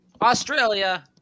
Australia